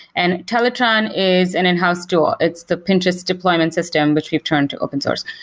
and teletron is an in-house tool. it's the pinterest deployment system, which we've turned to open-source.